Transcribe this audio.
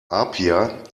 apia